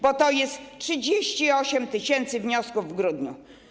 Bo to jest 38 tys. wniosków w grudniu.